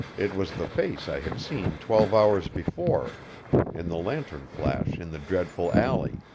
it was the face i had seen twelve hours before in the lantern flash in the dreadful alley,